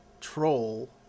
troll